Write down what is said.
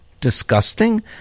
disgusting